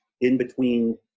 in-between